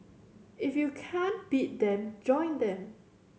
if you can't beat them join them